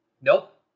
Nope